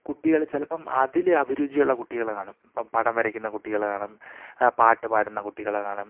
കുട്ടികള് ചിലപ്പോള് അതില് അഭിരുചിയുള്ള കുട്ടികള് കാണും ഇപ്പോള് പടം വരയ്ക്കുന്ന കുട്ടികള് കാണും പാട്ടു പാടുന്ന കുട്ടികള് കാണും